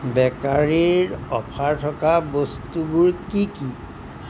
বেকাৰীৰ অফাৰ থকা বস্তুবোৰ কি কি